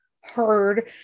heard